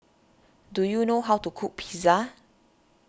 do you know how to cook Pizza